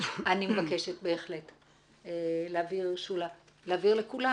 אני מבקשת להעביר לכולם